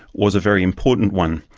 was a very important one.